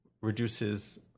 reduces